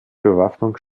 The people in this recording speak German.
bewaffnung